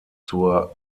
zur